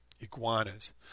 iguanas